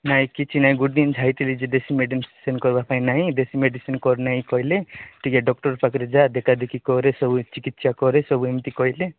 ନାଇ କିଛି ନାଇ ଗୋଟେ ଦିନ ଛାଡ଼ି ଦେଇ ଦେଶୀ ମେଡିସିନ୍ ଖାଇବା ପାଇଁ ନାହିଁ ଦେଶୀ ମେଡିସିନ୍ କରି ନାହିଁ କହିଲେ ଟିକେ ଡକ୍ଟର ପାଖରେ ଯାଆ ଦେଖା ଦେଖି କରେ ସବୁ ଚିକିତ୍ସା କରେ ସବୁ ଏମିତି କହିଲେ